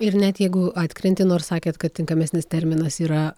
ir net jeigu atkrenti nors sakėt kad tinkamesnis terminas yra